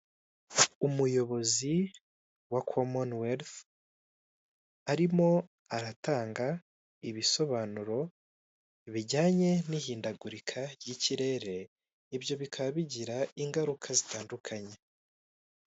Umuyobozi wa komoni werifu arimo aratanga ibisobanuro bijyanye n'ihindagurika ry'ikirere ibyo bikaba bigira ingaruka zitandukanye.